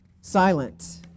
silent